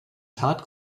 tat